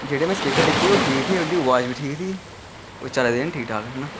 जेह्ड़े में स्पीकर लैते हे ओह्दी बाज बी ठीक ही ओह् चलै दे न ठीक ठाक